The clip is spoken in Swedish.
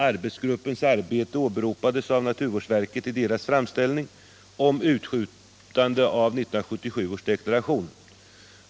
Arbetsgruppens arbete åberopades av naturvårdsverket i dess framställning om uppskjutande av 1977 års deklaration.